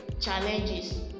challenges